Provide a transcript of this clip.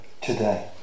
today